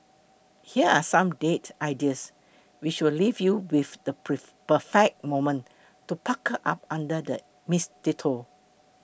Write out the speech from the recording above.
here are some date ideas which will leave you with the perfect moment to pucker up under the mistletoe